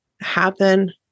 happen